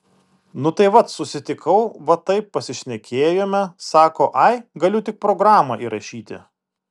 nu tai vat susitikau va taip pašnekėjome sako ai galiu tik programą įrašyti